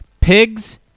Pigs